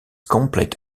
complete